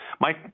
Mike